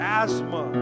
asthma